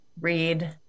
read